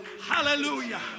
hallelujah